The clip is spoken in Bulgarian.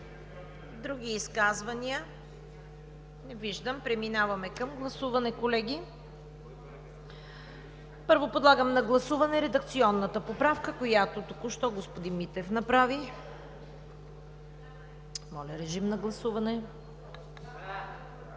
Други изказвания? Не виждам. Преминаваме към гласуване. Първо, подлагам на гласуване редакционната поправка, която току-що господин Митев направи. Гласували